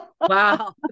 wow